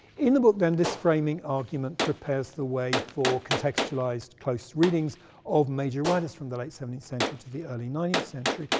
in the book, then, this framing argument prepares the way for contextualized close readings of major writers from the late seventeenth century to the early nineteenth century,